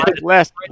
Last